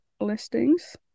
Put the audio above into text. listings